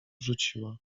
rzuciła